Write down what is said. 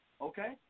Okay